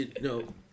No